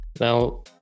Now